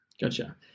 Gotcha